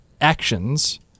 actions